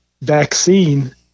vaccine